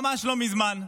ממש לא מזמן,